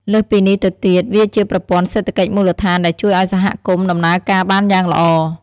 លើសពីនេះទៅទៀត វាជាប្រព័ន្ធសេដ្ឋកិច្ចមូលដ្ឋានដែលជួយឱ្យសហគមន៍ដំណើរការបានយ៉ាងល្អ។